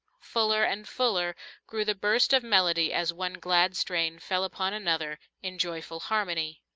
fuller and fuller grew the burst of melody as one glad strain fell upon another in joyful harmony